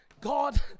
God